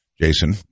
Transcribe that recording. Jason